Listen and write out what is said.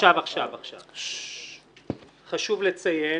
חשוב לציין,